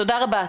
תודה רבה.